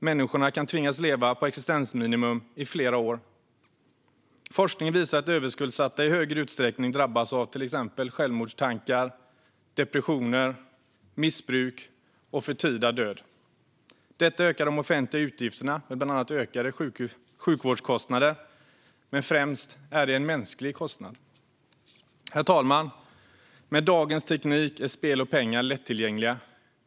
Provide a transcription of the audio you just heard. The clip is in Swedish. Människor kan tvingas leva på existensminimum i flera år. Forskning visar att överskuldsatta i högre utsträckning drabbas av till exempel självmordstankar, depressioner, missbruk och förtida död. Detta ökar de offentliga utgifterna med bland annat ökade sjukvårdskostnader. Men främst är det en mänsklig kostnad. Herr talman! Med dagens teknik är spel och pengar lättillgängliga.